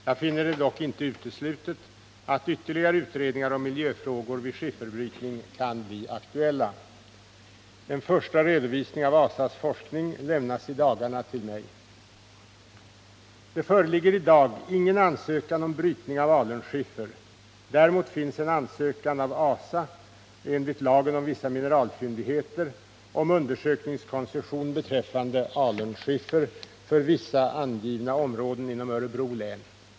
Jag finner det dock inte uteslutet att ytterligare utredningar om miljöfrågor vid skifferbrytning kan bli aktuella. En första redovisning av ASA:s forskning lämnas i dagarna till mig. Det föreligger i dag ingen ansökan om brytning av alunskiffer, däremot finns en ansökan av ASA enligt lagen om vissa mineralfyndigheter om undersökningskoncession beträffande alunskiffer för vissa angivna områden inom Örebro län.